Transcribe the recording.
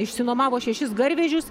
išsinuomavo šešis garvežius